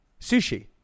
sushi